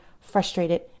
frustrated